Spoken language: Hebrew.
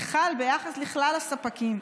וחל ביחס לכלל הספקים,